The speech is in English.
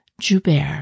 Joubert